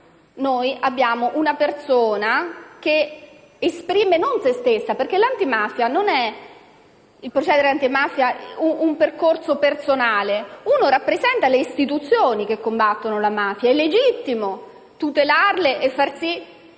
noi abbiamo una persona che esprime non se stessa, perché l'antimafia non è un percorso personale. Uno rappresenta le istituzioni che combattono la mafia ed è legittimo tutelarle e far sì